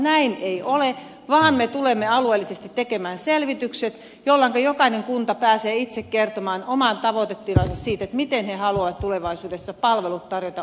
näin ei ole vaan me tulemme alueellisesti tekemään selvitykset jolloinka jokainen kunta pääsee itse kertomaan oman tavoitetilansa siitä miten he haluavat tulevaisuudessa palvelut tarjota omille kuntalaisilleen